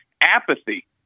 apathy